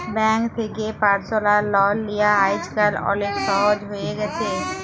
bank থ্যাকে personal loan লিয়া আইজকাল অলেক সহজ হ্যঁয়ে গেছে